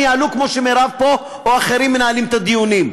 ניהלו כמו שמרב פה או אחרים מנהלים את הדיונים.